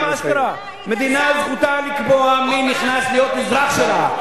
מדינה זכותה לקבוע מי נכנס להיות אזרח שלה.